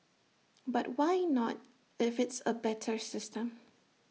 but why not if it's A better system